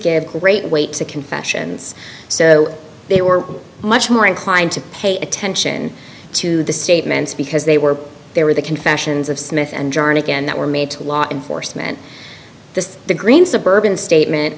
give great weight to confessions so they were much more inclined to pay attention to the statements because they were there were the confessions of smith and jernigan that were made to law enforcement the the green suburban statement